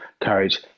courage